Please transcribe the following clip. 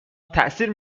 تاثیر